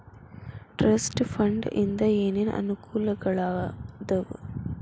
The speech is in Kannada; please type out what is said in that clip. ಟ್ರಸ್ಟ್ ಫಂಡ್ ಇಂದ ಏನೇನ್ ಅನುಕೂಲಗಳಾದವ